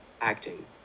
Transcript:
acting